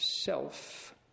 Self